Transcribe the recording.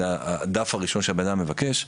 זה הדף הראשון שהבן אדם מבקש.